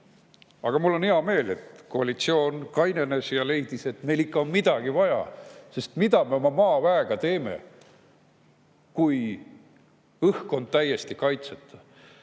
Aga mul on hea meel, et koalitsioon kainenes ja leidis, et neil ikka on midagi vaja. Sest mida me oma maaväega teeme, kui õhk on täiesti kaitseta?